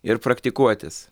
ir praktikuotis